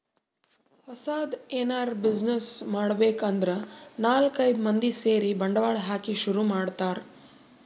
ಹೊಸದ್ ಎನರೆ ಬ್ಯುಸಿನೆಸ್ ಮಾಡ್ಬೇಕ್ ಅಂದ್ರ ನಾಲ್ಕ್ ಐದ್ ಮಂದಿ ಸೇರಿ ಬಂಡವಾಳ ಹಾಕಿ ಶುರು ಮಾಡ್ಕೊತಾರ್